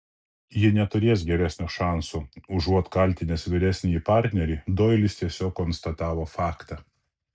ji neturės geresnio šanso užuot kaltinęs vyresnįjį partnerį doilis tiesiog konstatavo faktą